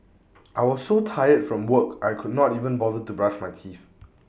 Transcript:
I was so tired from work I could not even bother to brush my teeth